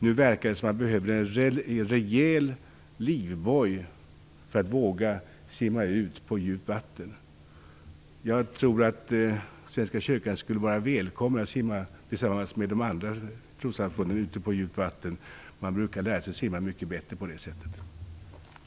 Nu verkar det som att man behöver en rejäl livboj för att våga simma ut på djupt vatten. Jag tror att Svenska kyrkan skulle vara välkommen att tillsammans med de andra trossamfunden simma ute på djupt vatten. Man brukar lära sig simma mycket bättre på det sättet.